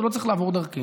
הוא לא צריך לעבור דרכנו.